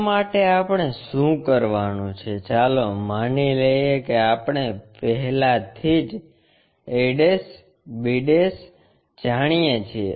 તે માટે આપણે શું કરવાનું છે ચાલો માની લઈએ કે આપણે પહેલાથી જ a b જાણીએ છીએ